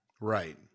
Right